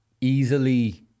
Easily